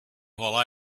while